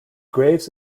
graves